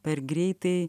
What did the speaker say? per greitai